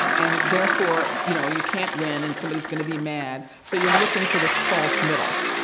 and therefore, you know, you can't win, and somebody's going to be mad. so you're looking for this false middle.